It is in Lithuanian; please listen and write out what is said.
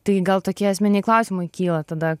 tai gal tokie esminiai klausimai kyla tada